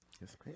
Yes